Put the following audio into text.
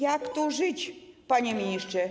Jak tu żyć, panie ministrze?